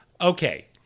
Okay